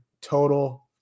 total